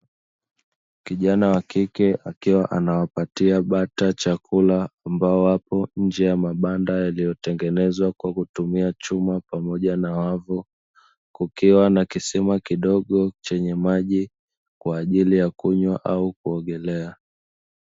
Kijana wakike akiwa anawapatia bata chakula ambao wapo nje ya mabanda yaliyotengenezwa kwakutumia chuma na wavu, kukiwa na kisima kidogo chenye maji kwaajili ya kunywa au kuogelea.